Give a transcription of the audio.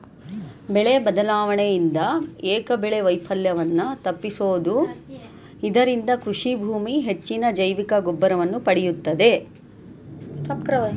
ಬೆಳೆ ಬದಲಾವಣೆಯಿಂದ ಏಕಬೆಳೆ ವೈಫಲ್ಯವನ್ನು ತಪ್ಪಿಸಬೋದು ಇದರಿಂದ ಕೃಷಿಭೂಮಿ ಹೆಚ್ಚಿನ ಜೈವಿಕಗೊಬ್ಬರವನ್ನು ಪಡೆಯುತ್ತದೆ